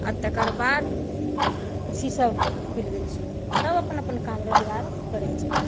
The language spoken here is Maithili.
अऽ तकरबाद अथी सब खुलि गेल छै सब अपन अपन काम रोजगार करै छै